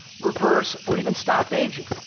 reverse, or even stop aging.